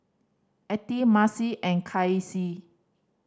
Attie Macy and Kasey